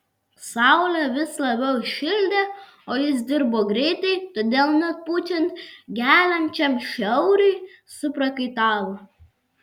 saulė vis labiau šildė o jis dirbo greitai todėl net pučiant geliančiam šiauriui suprakaitavo